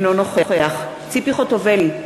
אינו נוכח ציפי חוטובלי,